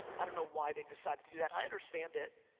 i don't know why they've decided to do that. i understand it,